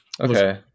Okay